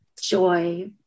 joy